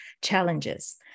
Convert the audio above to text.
challenges